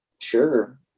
sure